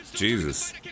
Jesus